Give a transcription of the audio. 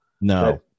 No